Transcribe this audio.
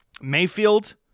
Mayfield